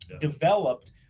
developed